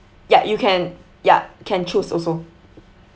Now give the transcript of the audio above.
ya you can ya can choose also